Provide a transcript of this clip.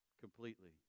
completely